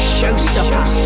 Showstopper